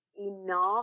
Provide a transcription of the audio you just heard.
enough